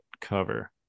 cover